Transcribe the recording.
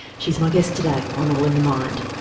she's my guest today on all in the mind.